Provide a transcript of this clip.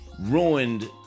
ruined